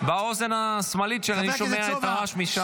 באוזן השמאלית שלי אני שומע את הרעש משם.